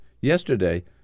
yesterday